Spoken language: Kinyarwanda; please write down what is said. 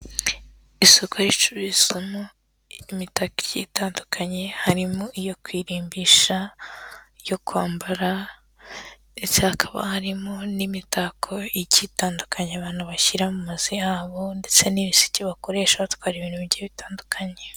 Isuko ricururizwamo imitako itandukanye, harimo iyo kurimbisha, ryo kwambara ndetse hakaba harimo n'imitako igitandukanye, abantu bashyira mu mazu yabo ndetse n'ibiseke bakoresha batwara ibintu bigiye bitandukanye.